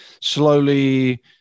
slowly